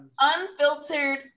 unfiltered